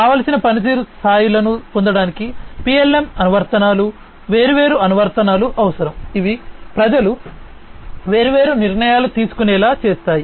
కావలసిన పనితీరు స్థాయిలను పొందడానికి PLM అనువర్తనాలు వేర్వేరు అనువర్తనాలు అవసరం ఇవి ప్రజలు వేర్వేరు నిర్ణయాలు తీసుకునేలా చేస్తాయి